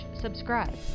subscribe